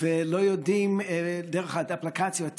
לא יודעים דרך האפליקציה או האתר.